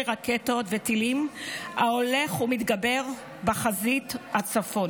רקטות וטילים ההולך ומתגבר בחזית הצפון.